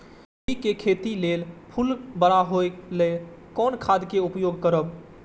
कोबी के खेती लेल फुल बड़ा होय ल कोन खाद के उपयोग करब?